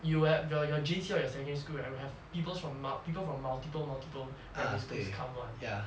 you have your J_C or your secondary school right have peoples from mul~ people from multiple multiple primary schools come [one]